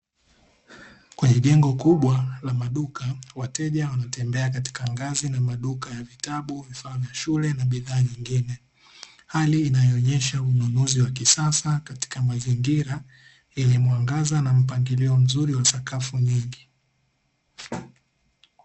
Kwenye jengo kubwa la maduka, wateja wanatembea katika ngazi na maduka ya vitabu, vifaa vya shule, na bidhaa nyingine, hali inayoonyesha ununuzi wa kisasa katika mazingira yenye mwangaza na mpangilio mzuri wa sakafu nyingi.